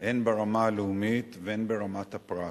הן ברמה הלאומית והן ברמת הפרט.